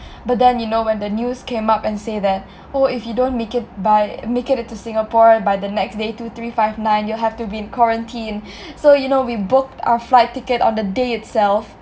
but then you know when the news came up and say that oh if you don't make it by make it to singapore by the next day two three five nine you'll have to be in quarantine so you know we booked our flight ticket on the day itself